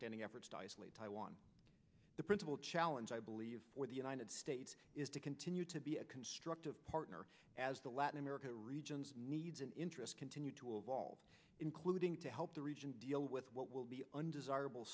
isolate taiwan the principal challenge i believe for the united states is to continue to be a constructive partner as the latin america regions needs an interest continue to evolve including to help the region deal with what will be undesirable